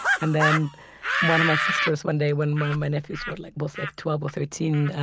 and then one of my sisters one day when my my nephews were like both like twelve or thirteen,